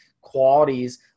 qualities